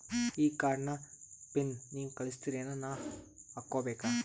ಈ ಕಾರ್ಡ್ ನ ಪಿನ್ ನೀವ ಕಳಸ್ತಿರೇನ ನಾವಾ ಹಾಕ್ಕೊ ಬೇಕು?